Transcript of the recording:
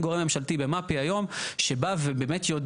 אין גורם ממשלתי במפ"י היום שבא ובאמת יודע